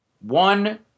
one